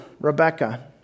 Rebecca